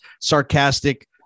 sarcastic